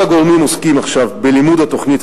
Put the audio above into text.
וכל הגורמים עוסקים עכשיו בלימוד התוכנית